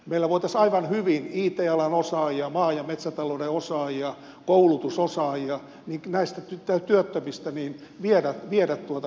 näistä työttömistä it alan osaajia maa ja metsätalouden osaajia ja koulutusosaajia meillä voitaisiin aivan hyvin viedä näihin kehitysmaihin